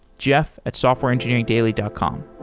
jeff at softwareengineeringdaily dot com